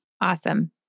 Awesome